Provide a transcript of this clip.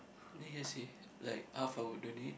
then hear say like half I will donate